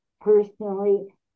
personally